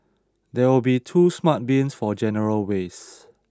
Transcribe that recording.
there will be two smart bins for general waste